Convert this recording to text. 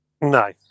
No